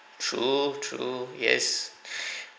true true yes